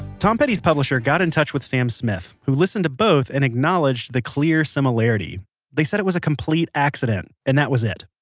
tom petty's publisher got in touch with sam smith, who listened to both and acknowledged the clear similarity they said it was a complete accident and that was it.